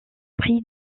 prix